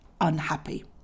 unhappy